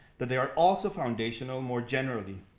that they are also foundational more generally,